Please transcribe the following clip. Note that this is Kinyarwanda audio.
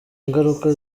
ingaruka